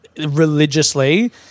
religiously